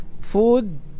food